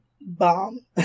bomb